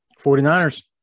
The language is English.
49ers